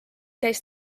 käis